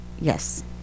yes